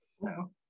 No